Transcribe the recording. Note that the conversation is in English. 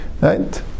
Right